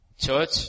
Church